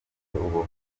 ubuvandimwe